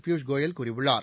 பியூஷ்கோயல் கூறியுள்ளார்